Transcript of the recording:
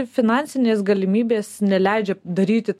finansinės galimybės neleidžia daryti